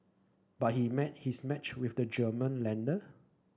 but he met his match with the German lender